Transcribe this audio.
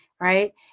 Right